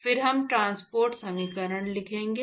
फिर हम ट्रांसपोर्ट समीकरण लिखेंगे